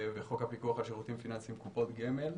וחוק הפיקוח על שירותים פיננסיים (קופות גמל).